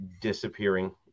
disappearing